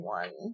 one